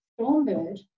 Stormbird